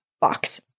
Box